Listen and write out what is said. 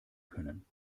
können